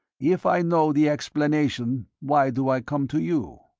if i know the explanation, why do i come to you?